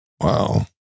Wow